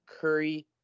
Curry